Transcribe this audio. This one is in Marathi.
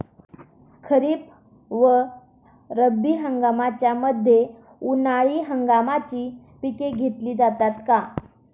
खरीप व रब्बी हंगामाच्या मध्ये उन्हाळी हंगामाची पिके घेतली जातात का?